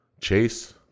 Chase